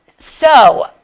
so,